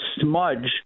smudge